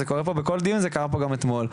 זה קורה פה בכל דיון וזה קרה פה גם אתמול,